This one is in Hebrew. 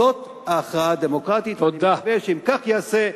זאת ההכרעה הדמוקרטית, ונדמה שאם כך ייעשה,